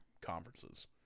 conferences